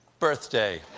birthday.